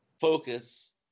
focus